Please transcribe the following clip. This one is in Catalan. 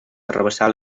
arrabassar